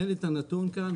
אין לי את הנתון כאן,